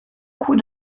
coup